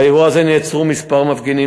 באירוע הזה נעצרו כמה מפגינים,